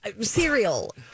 cereal